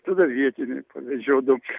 tada vietiniai pavežiodavo